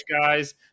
guys